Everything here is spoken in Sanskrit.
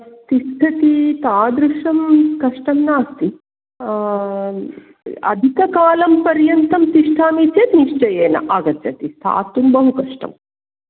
तिष्ठति तादृशं कष्टं नास्ति अधिककालं पर्यन्तं तिष्ठामि चेत् निश्चयेन आगच्छति स्थातुं बहु कष्टं